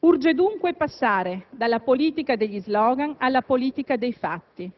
Urge dunque passare dalla politica degli *slogan* alla politica dei fatti.